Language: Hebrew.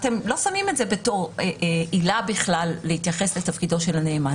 אתם לא שמים את זה כעילה להתייחס לתפקידו של הנאמן.